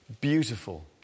Beautiful